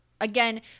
Again